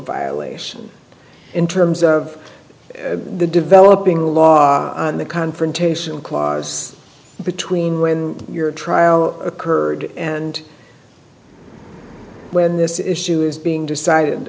violation in terms of the developing law the confrontation clause between when your trial occurred and when this issue is being decided